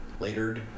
Latered